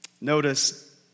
Notice